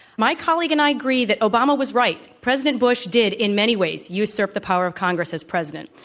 my collea gue and i agree that obama was right, president bush did, in many ways, usurp the power of congress as president.